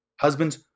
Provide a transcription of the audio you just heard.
Husbands